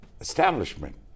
establishment